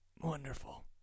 Wonderful